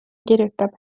kirjutab